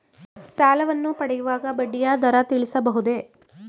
ಸಾಲವನ್ನು ಪಡೆಯುವಾಗ ಬಡ್ಡಿಯ ದರ ತಿಳಿಸಬಹುದೇ?